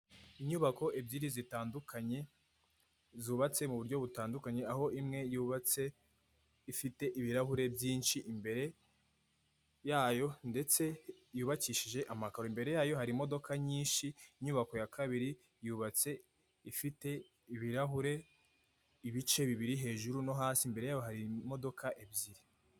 Inyubako ebyiri zitandukanye, zubatse muburyo butandukanye, aho imwe yubatse ifite ibirahure byinshi imbere yayo ndetse yubakishije amakaro, imbere yayo hari imodoka nyinshi, inyubako ya kabiri yubatse ifite ibirahure ibice bibiri hejuru no hasi imbere yaho hari imodoka ebyiri.